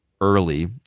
early